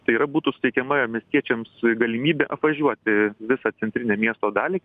tai yra būtų suteikiama miestiečiams galimybė apvažiuoti visą centrinę miesto dalį